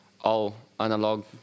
all-analog